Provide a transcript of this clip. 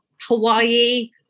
Hawaii